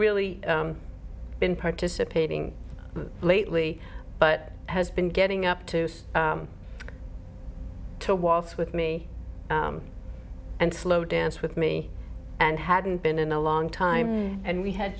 really been participating lately but has been getting up to to waltz with me and slow dance with me and hadn't been in a long time and we had